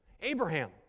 Abraham